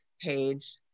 page